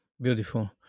Beautiful